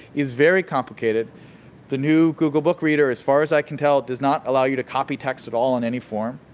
is very complicated the new google book reader, as far as i can tell, does not allow you to copy text at all in any form.